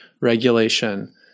regulation